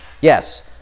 yes